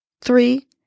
three